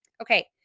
Okay